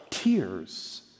Tears